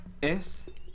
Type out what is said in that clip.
es